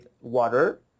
water